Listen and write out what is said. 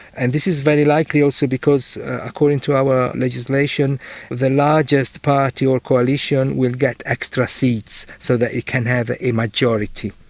and this is very likely also because according to our legislation the largest party or coalition will get extra seats so that it can have a majority.